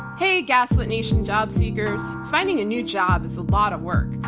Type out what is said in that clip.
hey, gaslit nation job seekers. finding a new job is a lot of work,